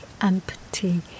empty